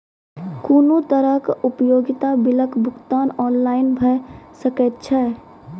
कुनू तरहक उपयोगिता बिलक भुगतान ऑनलाइन भऽ सकैत छै?